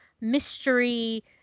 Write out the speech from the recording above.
mystery